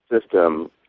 system